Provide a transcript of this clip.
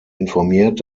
informiert